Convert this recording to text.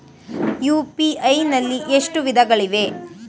UPI ನಲ್ಲಿ ಎಷ್ಟು ವಿಧಗಳಿವೆ?